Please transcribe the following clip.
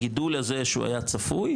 הגידול הזה שהוא היה צפוי,